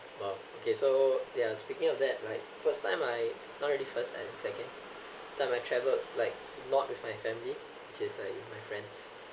!wow! okay so yeah speaking of that like first time I not really first time and second time I travelled like not with my family which like my friends